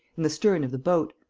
in the stern of the boat.